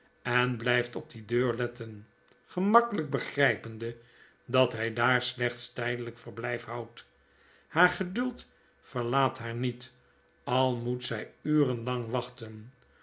en blijft op die deurletten gemakkelijk begrijpende dat hij daar slechts tijdelijk verblijf houdt haar geduld verlaat haar niet al moet zij uren lang wachten